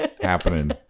happening